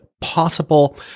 possible